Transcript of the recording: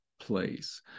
place